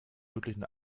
möglichen